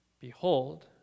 behold